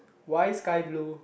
why sky blue